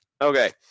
okay